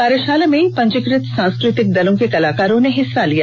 कार्यशाला में पंजीकृत सांस्कृतिक दलों के कलाकारो ने हिस्सा लिया